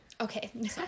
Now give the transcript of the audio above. okay